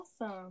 awesome